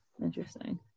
Interesting